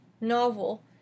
novel